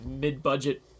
mid-budget